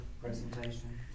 Presentation